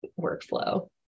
workflow